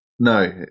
No